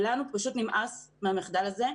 ולנו פשוט נמאס מהמחדל הזה.